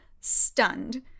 stunned